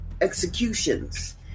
executions